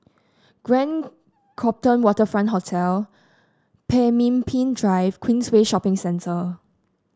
Grand Copthorne Waterfront Hotel Pemimpin Drive Queensway Shopping Centre